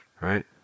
right